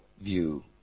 view